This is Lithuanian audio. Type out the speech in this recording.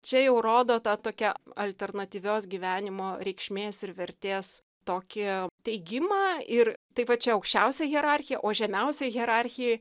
čia jau rodo tą tokią alternatyvios gyvenimo reikšmės ir vertės tokį teigimą ir tai va čia aukščiausia hierarchija o žemiausioj hierarchijoj